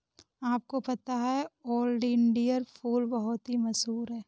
आपको पता है ओलियंडर फूल बहुत ही मशहूर है